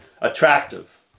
attractive